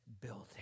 building